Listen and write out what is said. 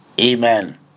Amen